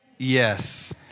Yes